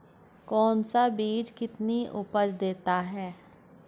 कौन सा बीज कितनी उपज देता है?